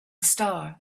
star